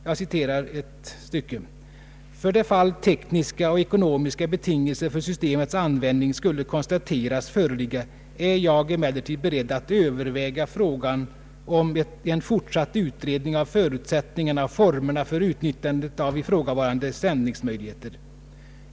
Jag citerar ett stycke: ”För det fall tekniska och ekonomiska betingelser för systemets användning skulle konstateras föreligga är jag emellertid beredd att överväga frågan om en fortsatt utredning om förutsättningarna och formerna för utnyttjande av ifrågavarande sändningsmöjligheter.